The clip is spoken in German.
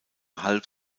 halb